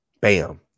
Bam